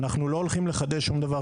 אנחנו לא הולכים לחדש שום דבר,